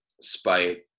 spite